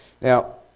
Now